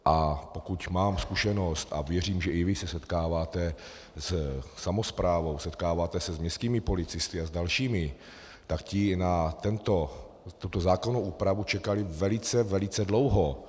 A pokud mám zkušenost, a věřím, že i vy se setkáváte se samosprávou, setkáváte se s městskými policisty a s dalšími, tak ti na tuto zákonnou úpravu čekali velice, velice dlouho.